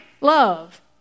Love